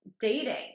dating